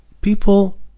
People